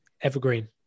Evergreen